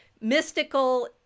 Mystical